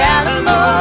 Alamo